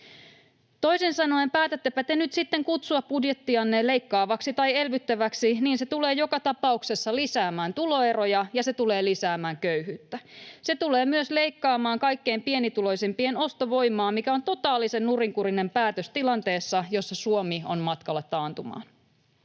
Toisin sanoen, päätättepä te nyt sitten kutsua budjettianne leikkaavaksi tai elvyttäväksi, se tulee joka tapauksessa lisäämään tuloeroja ja se tulee lisäämään köyhyyttä. Se tulee myös leikkaamaan kaikkein pienituloisimpien ostovoimaa, mikä on totaalisen nurinkurinen päätös tilanteessa, jossa Suomi on matkalla taantumaan.